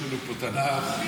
יש לנו פה תנ"ך,